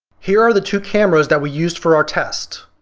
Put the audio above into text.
here are the two cameras that we use for our test.